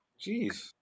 Jeez